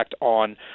on